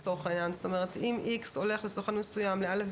זאת אומרת אם X הולך לסוכן מסוים ל-א',